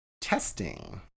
testing